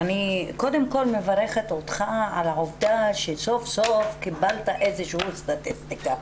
אני קודם כל מברכת אותך על העובדה שסוף-סוף קיבלת איזושהי סטטיסטיקה.